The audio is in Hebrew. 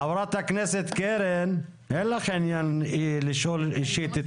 חברת הכנסת קרן, אין לך עניין לשאול אישית את